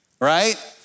right